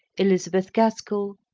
elizabeth gaskell,